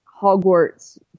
Hogwarts